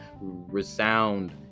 resound